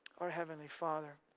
our heavenly father,